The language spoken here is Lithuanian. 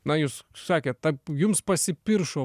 na jūs sakėt ta jums pasipiršo